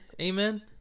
Amen